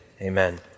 Amen